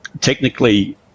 technically